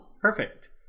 Perfect